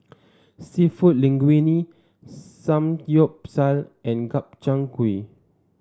seafood Linguine Samgyeopsal and Gobchang Gui